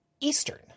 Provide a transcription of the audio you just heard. Eastern